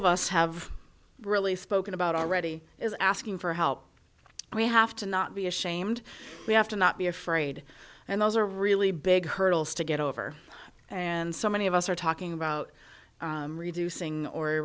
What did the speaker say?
of us have really spoken about already is asking for help we have to not be ashamed we have to not be afraid and those are really big hurdles to get over and so many of us are talking about reducing or